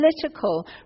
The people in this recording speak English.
political